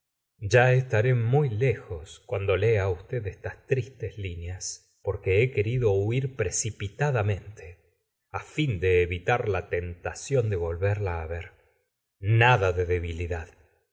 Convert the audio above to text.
ya estaré muy lejos cuando lea usted estas tristes lineas porque he querido huir precipitadamente á fin de evitar la tentación de volverla á ver nada de debilidad